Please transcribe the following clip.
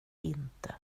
inte